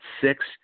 six